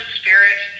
spirit